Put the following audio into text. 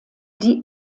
die